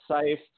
safe